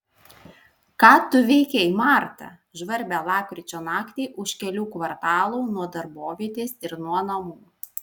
ką tu veikei marta žvarbią lapkričio naktį už kelių kvartalų nuo darbovietės ir nuo namų